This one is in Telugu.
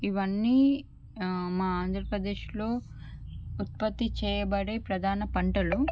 ఇవన్నీ మా ఆంధ్రప్రదేశ్లో ఉత్పత్తి చేయబడే ప్రధాన పంటలు ఈ